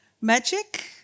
magic